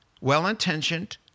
well-intentioned